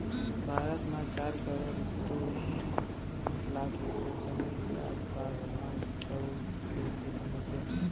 भारत म चार करोड़ दू लाख हेक्टेयर जमीन के आसपास म चाँउर के खेती होथे